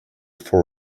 for